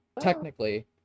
technically